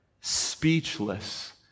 speechless